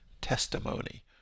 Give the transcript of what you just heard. testimony